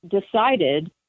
decided